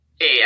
Hey